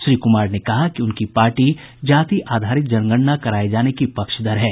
श्री कुमार ने कहा कि उनकी पार्टी जाति आधारित जनगणना कराए जाने की पक्षधर है